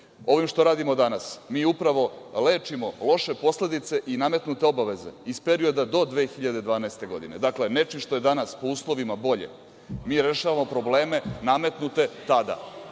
Ovim što radimo danas mi upravo lečimo loše posledice i nametnute obaveze iz perioda do 2012. godine. Dakle, nečim što je danas po uslovima bolje mi rešavamo probleme nametnute tada,